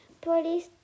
police